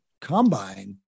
combine